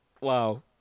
Wow